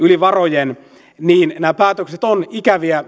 yli varojen niin nämä päätökset ovat ikäviä